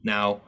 Now